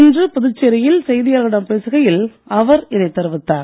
இன்று புதுச்சேரியில் செய்தியாளர்களிடம் பேசுகையில் அவர் இதை தெரிவித்தார்